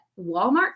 Walmart